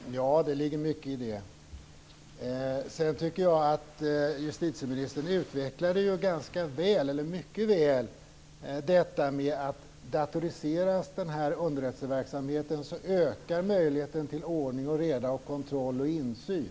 Fru talman! Det ligger mycket i det påståendet. Justitieministern utvecklade mycket väl att om underrättelseverksamheten datoriseras ökar möjligheten till ordning, reda, kontroll och insyn.